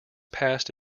past